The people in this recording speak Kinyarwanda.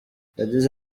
yagize